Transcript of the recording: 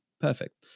Perfect